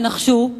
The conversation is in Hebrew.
תנחשו?